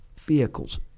vehicles